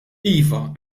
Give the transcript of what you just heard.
iva